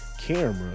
camera